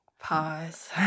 Pause